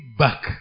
back